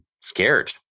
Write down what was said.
scared